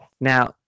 now